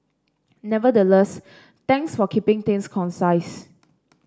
nevertheless thanks for keeping things concise